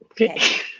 okay